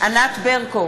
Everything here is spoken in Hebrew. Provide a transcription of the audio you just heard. ענת ברקו,